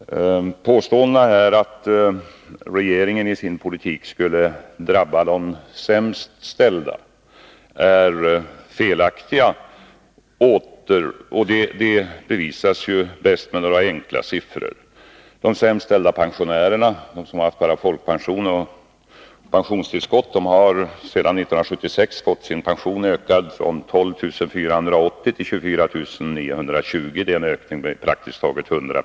Påståendena att regeringens politik skulle drabba de sämst ställda är felaktiga. Det bevisas bäst med några enkla siffror. De sämst ställda pensionärerna, de som haft bara folkpension och pensionstillskott, har sedan 1976 fått sin pension ökad från 12 480 kr. till 24 920 kr. Det är en ökning med praktiskt taget 100 26.